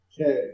Okay